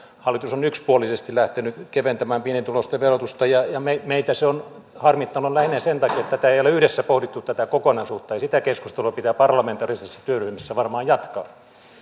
hallitus on yksipuolisesti lähtenyt keventämään pienituloisten verotusta ja ja meitä se on harmittanut lähinnä sen takia että ei ole yhdessä pohdittu tätä kokonaisuutta sitä keskustelua pitää parlamentaarisessa työryhmässä varmaan jatkaa